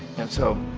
and so,